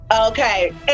Okay